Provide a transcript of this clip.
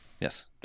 Yes